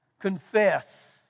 Confess